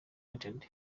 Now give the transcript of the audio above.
united